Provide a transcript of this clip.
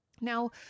Now